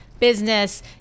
business